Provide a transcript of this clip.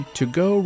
To-Go